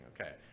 Okay